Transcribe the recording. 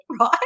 right